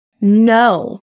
No